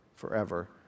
forever